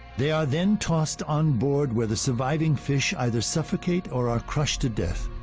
they are then tossed on board where the surving fish either suffocate or are crushed to death.